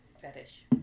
fetish